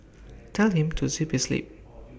tell him to zip his lip